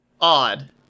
Odd